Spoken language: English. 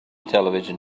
television